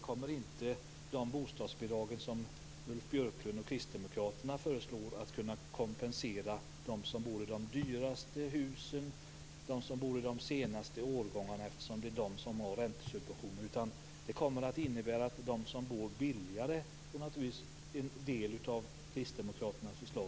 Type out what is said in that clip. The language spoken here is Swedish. De bostadsbidrag som Ulf Björklund och Kristdemokraterna föreslår kommer inte att kunna kompensera dem som bor i de dyraste husen och dem som bor i de senaste årgångarna. Det är de som har räntesubventioner. Det kommer att innebära att de som bor billigare naturligtvis får en del av kristdemokraternas förslag.